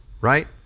right